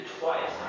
twice